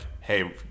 hey